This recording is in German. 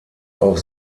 auch